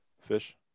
fish